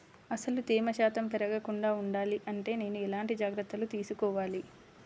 అసలు తేమ శాతం పెరగకుండా వుండాలి అంటే నేను ఎలాంటి జాగ్రత్తలు తీసుకోవాలి?